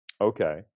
okay